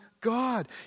God